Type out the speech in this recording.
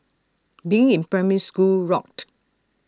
being in primary school rocked